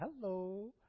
hello